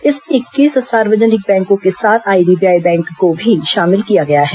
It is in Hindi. इसमें इक्कीस सार्वजनिक बैंकों के साथ आईडीबीआई बैंक को भी शामिल किया गया है